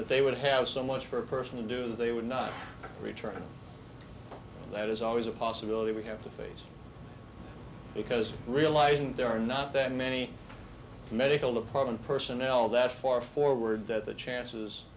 that they would have so much for a person to do they would not return and that is always a possibility we have to face because realizing there are not that many medical department personnel that far forward that the chances